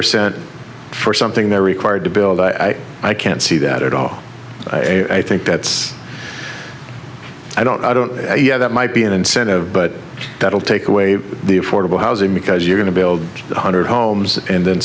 percent for something they're required to build i can't see that at all i think that's i don't i don't yeah that might be an incentive but that'll take away the affordable housing because you're going to build one hundred homes and then